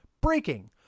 breaking